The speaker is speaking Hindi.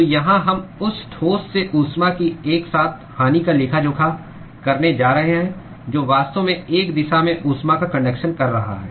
तो यहाँ हम उस ठोस से उष्मा की एक साथ हानि का लेखा जोखा करने जा रहे हैं जो वास्तव में एक दिशा में ऊष्मा का कन्डक्शन कर रहा है